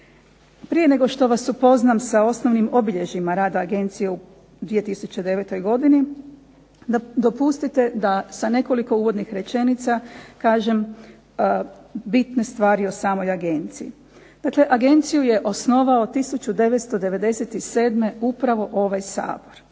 Prije nego što vas upoznam sa osnovnim obilježjima rada agencije u 2009. godini, dopustite da sa nekoliko uvodnih rečenica kažem bitne stvari o samoj agenciji. Dakle agenciju je osnovao 1997. upravo ovaj Sabor.